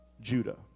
Judah